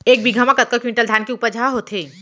एक बीघा म कतका क्विंटल धान के उपज ह होथे?